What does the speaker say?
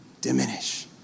diminish